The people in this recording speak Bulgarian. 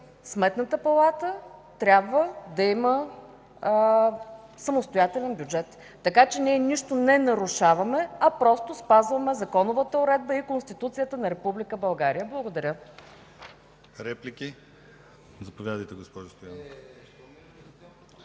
Сметната палата трябва да има самостоятелен бюджет. Така че ние нищо не нарушаваме, а просто спазваме законовата уредба и Конституцията на Република България. Благодаря.